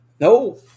No